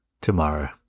tomorrow